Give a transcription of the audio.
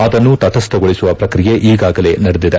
ಅದನ್ನು ತುಸ್ಥಗೊಳಿಸುವ ಪ್ರಕ್ರಿಯೆ ಈಗಾಗಲೇ ನಡೆದಿದೆ